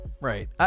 right